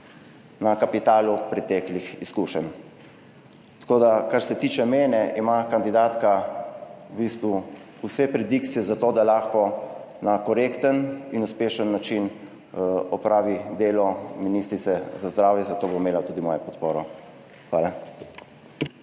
na kapitalu preteklih izkušenj. Tako da, kar se tiče mene, ima kandidatka v bistvu vse predikcije za to, da lahko na korekten in uspešen način opravi delo ministrice za zdravje, zato bo imela tudi mojo podporo. Hvala.